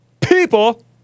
people